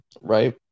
right